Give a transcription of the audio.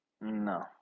No